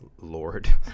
lord